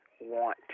want